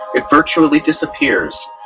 it virtually disappears,